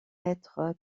être